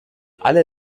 alle